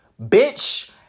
Bitch